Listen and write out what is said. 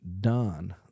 done